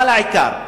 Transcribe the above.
העיקר,